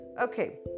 okay